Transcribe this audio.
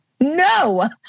no